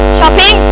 shopping